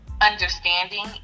understanding